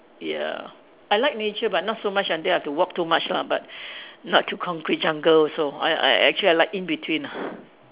ya I like nature but not so much until I have to walk too much but not too concrete jungle also I I actually like in between lah